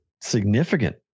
significant